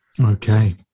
Okay